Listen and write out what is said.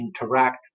interact